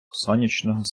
сонячного